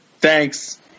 Thanks